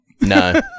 No